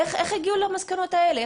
איך הגיעו למסקנות האלה?